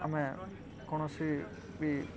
ଆମେ କୌଣସି ବି